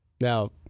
Now